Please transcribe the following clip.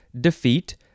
defeat